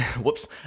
whoops